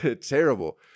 Terrible